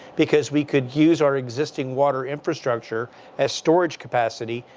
because we could use our existing water infrastructure as storage capacity.